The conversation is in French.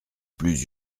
plus